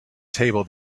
table